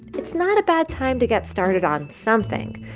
it's not a bad time to get started on something.